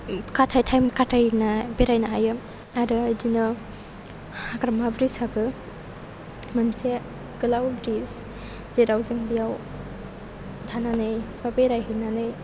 time खाथायना बेरायनो हायो आरो बिदिनो हाग्रामा ब्रिज आबो मोनसे गोलाव ब्रिज जेराव जों बेयाव थांनानै एबा बेरायहैनानै